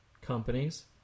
companies